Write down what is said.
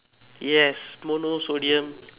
yes mono sodium